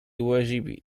واجبي